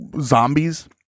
zombies